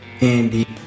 Andy